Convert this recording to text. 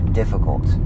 difficult